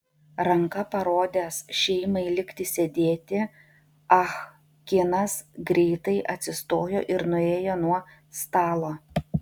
ranka parodęs šeimai likti sėdėti ah kinas greitai atsistojo ir nuėjo nuo stalo